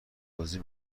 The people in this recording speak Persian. بازی